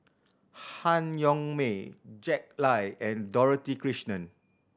Han Yong May Jack Lai and Dorothy Krishnan